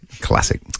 classic